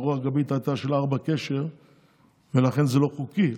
הרוח גבית הייתה של 4 קשר ולכן זה לא חוקי,